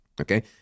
okay